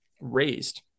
raised